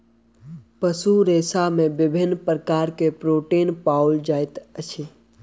पशु रेशा में विभिन्न प्रकार के प्रोटीन पाओल जाइत अछि